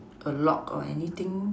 a log or anything